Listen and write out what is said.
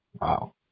Wow